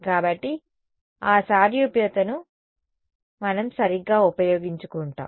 కాబట్టి ఆ సారూప్యతను మనం సరిగ్గా ఉపయోగించుకుంటాం